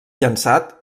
llançat